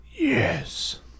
Yes